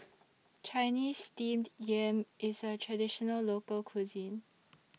Chinese Steamed Yam IS A Traditional Local Cuisine